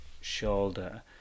shoulder